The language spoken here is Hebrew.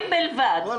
בלבד.